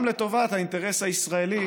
גם לטובת האינטרס הישראלי,